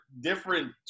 different